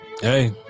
Hey